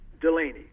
Delaney